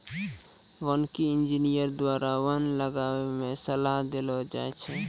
वानिकी इंजीनियर द्वारा वन लगाय मे सलाह देलो जाय छै